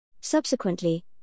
Subsequently